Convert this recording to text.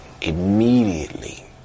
Immediately